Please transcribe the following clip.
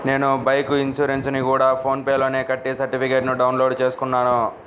నేను బైకు ఇన్సురెన్సుని గూడా ఫోన్ పే లోనే కట్టి సర్టిఫికేట్టుని డౌన్ లోడు చేసుకున్నాను